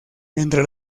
entre